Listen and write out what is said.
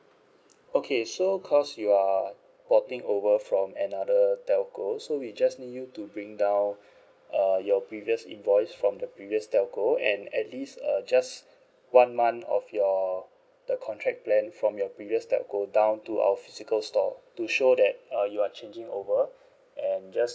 okay so cause you're porting over from another telco so we just need you to bring down uh your previous invoice from the previous telco and at least uh just one month of your the contract plan from your previous telco down to our physical store to show that uh you are changing over and just